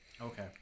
Okay